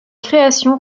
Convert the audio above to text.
création